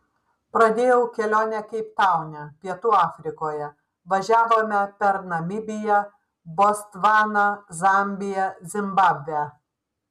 pradėjau kelionę keiptaune pietų afrikoje važiavome per namibiją botsvaną zambiją zimbabvę